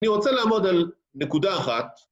אני רוצה לעמוד על נקודה אחת.